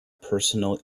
personal